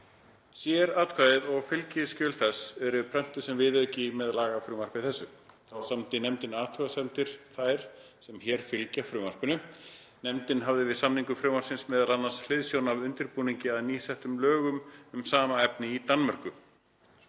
„Sératkvæðið og fylgiskjöl þess eru prentuð sem viðauki með lagafrumvarpi þessu. Þá samdi nefndin athugasemdir þær sem hér fylgja frumvarpinu. Nefndin hafði við samningu frumvarpsins meðal annars hliðsjón af undirbúningi að nýsettum lögum um sama efni í Danmörku.“